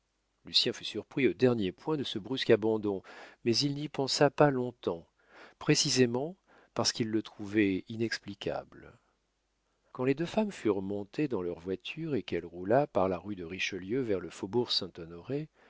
lucien fut surpris au dernier point de ce brusque abandon mais il n'y pensa pas long-temps précisément parce qu'il le trouvait inexplicable quand les deux femmes furent montées dans leur voiture et qu'elle roula par la rue de richelieu vers le faubourg saint-honoré